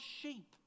sheep